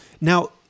Now